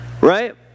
Right